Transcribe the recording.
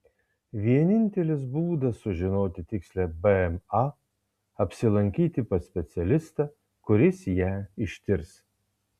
vienintelis būdas sužinoti tikslią bma apsilankyti pas specialistą kuris ją ištirs